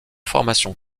formation